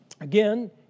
Again